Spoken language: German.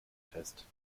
fest